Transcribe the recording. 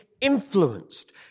influenced